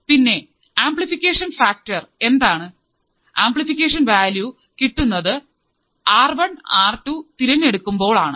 പിന്നെ എൻറെ amplifier factor എന്താണ് ആംപ്ലിഫിക്കേഷൻ വാല്യൂ കിട്ടുന്നത് ആർ വൺ ആർ ടു തിരഞ്ഞെടുക്കുമ്പോൾ ആണ്